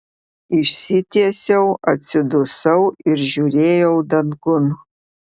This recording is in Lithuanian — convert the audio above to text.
išsitiesiau atsidusau ir žiūrėjau dangun